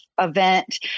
event